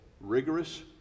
rigorous